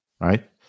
right